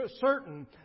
certain